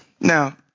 Now